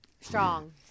Strong